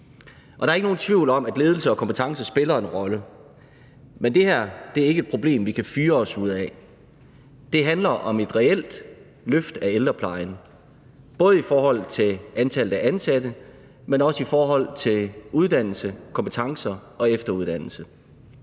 Der er ikke nogen tvivl om, at ledelse og kompetence spiller en rolle, men det her er ikke et problem, vi kan fyre os ud af. Det handler om et reelt løft af ældreplejen, både i forhold til antallet af ansatte, men også i forhold til uddannelse, kompetencer og efteruddannelse.